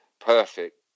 perfect